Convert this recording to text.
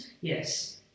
Yes